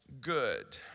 good